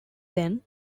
then